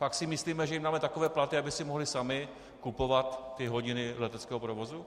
Fakt si myslíme, že jim dáme takové platy, aby si mohli sami kupovat hodiny leteckého provozu?